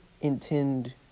intend